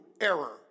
error